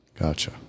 Gotcha